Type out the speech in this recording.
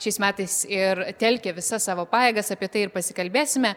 šiais metais ir telkė visas savo pajėgas apie tai ir pasikalbėsime